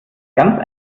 ganz